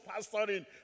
pastoring